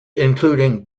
including